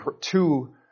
two